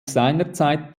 seinerzeit